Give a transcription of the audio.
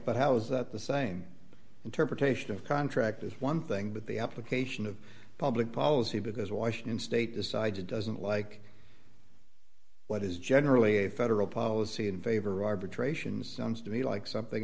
but how is that the same interpretation of contract is one thing but the application of public policy because washington state decides it doesn't like what is generally a federal policy in favor arbitration sounds to me like something